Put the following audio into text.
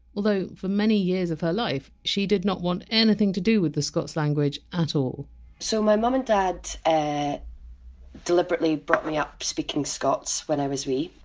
although for many years of her life, she did not want anything to do with the scots language at all so my mum and dad deliberately brought me up speaking scots when i was wee,